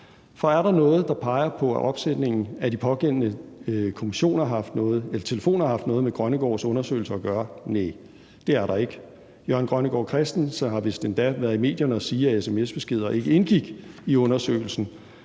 For er der noget, der peger på, at opsætningen af de pågældende telefoner har haft noget at gøre med Grønnegårds undersøgelse at gøre? Næ, det er der ikke. Jørgen Grønnegård Christensen har vist endda været i medierne og sige, at sms-beskeder ikke indgik i undersøgelsen,